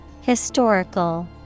Historical